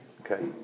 Okay